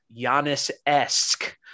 Giannis-esque